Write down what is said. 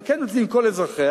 אבל כן מצביעים כל אזרחיה,